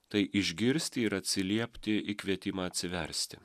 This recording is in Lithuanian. tai išgirsti ir atsiliepti į kvietimą atsiversti